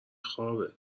خوابه